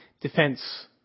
defense